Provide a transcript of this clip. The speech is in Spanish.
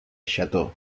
château